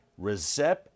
Recep